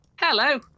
Hello